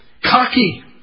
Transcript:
cocky